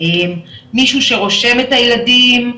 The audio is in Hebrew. מישהו שרושם את הילדים,